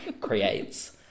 creates